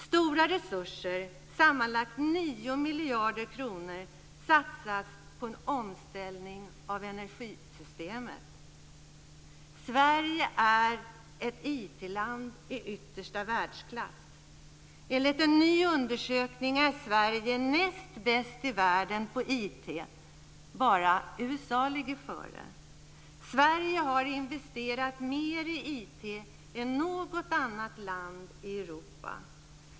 Stora resurser, sammanlagt 9 miljarder kronor, satsas på en omställning av energisystemet. Sverige är ett IT-land i yttersta världsklass. Enligt en ny undersökning är Sverige näst bäst i världen på IT. Bara USA ligger före. Sverige har investerat mer i IT än något annat land i Europa.